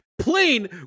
plane